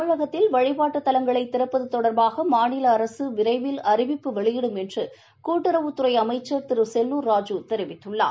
தமிழகத்தில் வழிபாட்டுத் தலங்களை திறப்பது தொடர்பாக மாநில அரசு விரைவில் அறிவிப்பு வெளியிடும் என்று கூட்டுறவுத்துறை அமைச்சள் திரு செல்லுர் ராஜூ தெரிவித்துள்ளார்